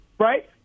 Right